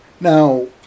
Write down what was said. Now